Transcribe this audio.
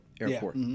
Airport